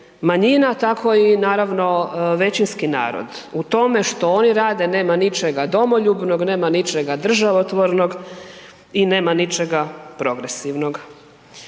manjina, tako i naravno većinski narod. U tome što oni rade, nema ničega domoljubnog, nema ničega državotvornog i nema ničega progresivnog.